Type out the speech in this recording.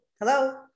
hello